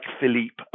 Philippe